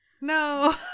No